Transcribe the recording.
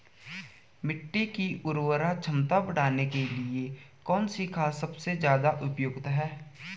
मिट्टी की उर्वरा क्षमता बढ़ाने के लिए कौन सी खाद सबसे ज़्यादा उपयुक्त है?